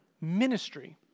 ministry